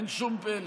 אין שום פלא.